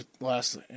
last